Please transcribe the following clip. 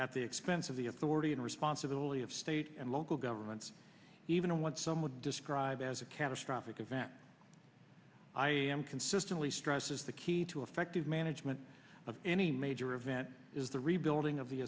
at the expense of the authority and responsibility of state and local governments even in what some would describe as a catastrophic event i am consistently stresses the key to effective management of any major event is the rebuilding of the